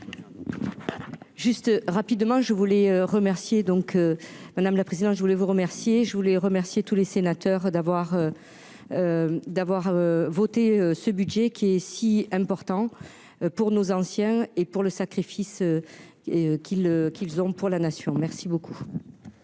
Juste rapidement je voulais remercier donc madame la présidente, je voulais vous remercier, je voulais remercier tous les sénateurs d'avoir d'avoir voté ce budget qui est si important pour nos anciens et pour le sacrifice et qu'ils qu'ils ont, pour la nation, merci beaucoup.